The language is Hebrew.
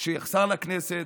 שיחסר לכנסת,